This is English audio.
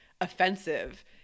offensive